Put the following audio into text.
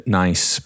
nice